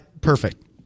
Perfect